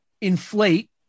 inflate